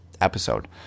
episode